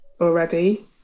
already